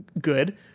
good